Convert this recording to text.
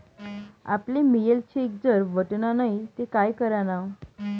आपले मियेल चेक जर वटना नै ते काय करानं?